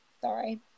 Sorry